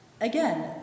Again